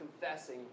confessing